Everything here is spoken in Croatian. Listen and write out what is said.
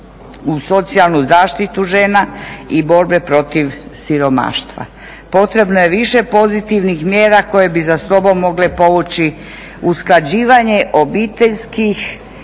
u socijalnu zaštitu žena i borbe protiv siromaštva. Potrebno je više pozitivnih mjera koje bi za sobom mogle povući usklađivanje obiteljski